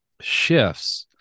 shifts